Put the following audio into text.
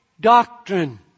doctrine